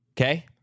Okay